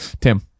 Tim